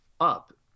up